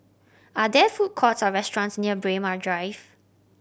are there food courts or restaurants near Braemar Drive